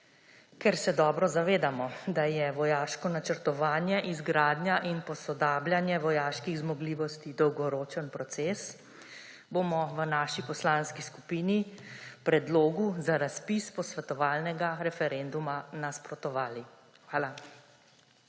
Ker se dobro zavedamo, da je vojaško načrtovanje, izgradnja in posodabljanje vojaških zmogljivosti dolgoročen proces, bomo v naši poslanski skupini predlogu za razpis posvetovalnega referenduma nasprotovali. Hvala.